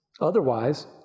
Otherwise